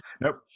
Nope